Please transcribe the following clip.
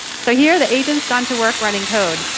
so here the agent's gone to work running code.